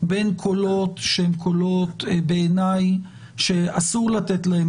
בין קולות שהם קולות שבעיניי אסור לתת להם